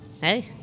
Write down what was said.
Hey